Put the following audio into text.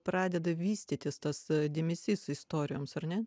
pradeda vystytis tas dėmesys istorijoms ar ne